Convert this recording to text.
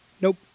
Nope